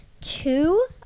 two